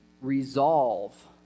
Resolve